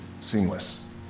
seamless